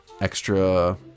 extra